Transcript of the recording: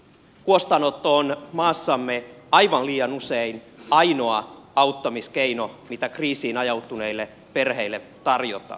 huostaanotto on maassamme aivan liian usein ainoa auttamiskeino mitä kriisiin ajautuneille perheille tarjotaan